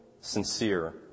sincere